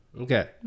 Okay